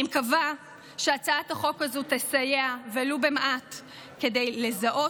אני מקווה שהצעת החוק הזו תסייע ולו במעט כדי לזהות